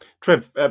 Trev